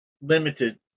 limited